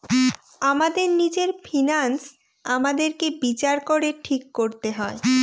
আমাদের নিজের ফিন্যান্স আমাদেরকে বিচার করে ঠিক করতে হয়